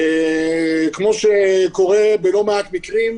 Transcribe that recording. כמו שקורה בלא מעט מקרים,